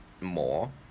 more